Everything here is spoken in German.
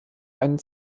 einen